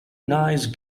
nice